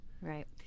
right